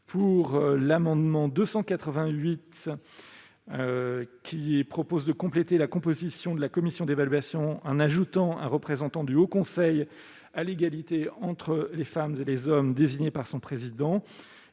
sur l'amendement n° 288, qui tend à compléter la composition de la commission d'évaluation en ajoutant un représentant du Haut Conseil à l'égalité entre les femmes et les hommes, désigné par son président.